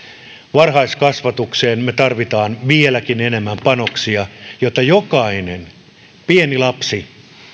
varhaiskasvatukseen me tarvitsemme vieläkin enemmän panoksia jotta jokainen pieni lapsi